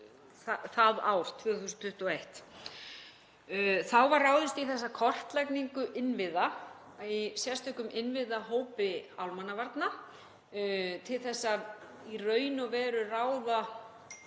það ár, 2021. Þá var ráðist í þessa kortlagningu innviða í sérstökum innviðahópi almannavarna til að ráða í það hvar væru